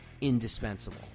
indispensable